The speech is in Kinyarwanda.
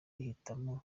ihitamo